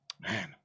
Man